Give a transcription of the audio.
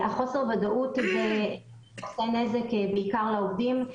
חוסר הוודאות עושה נזק בעיקר לעובדים.